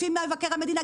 לפי מבקר המדינה,